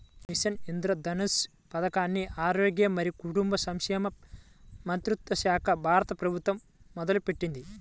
machine Indradhanush పథకాన్ని ఆరోగ్య మరియు కుటుంబ సంక్షేమ మంత్రిత్వశాఖ, భారత ప్రభుత్వం మొదలుపెట్టింది